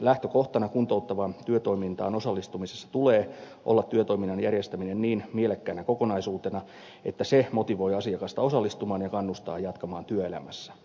lähtökohtana kuntouttavaan työtoimintaan osallistumisessa tulee olla työtoiminnan järjestäminen niin mielekkäänä kokonaisuutena että se motivoi asiakasta osallistumaan ja kannustaa jatkamaan työelämässä